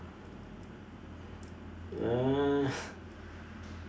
uh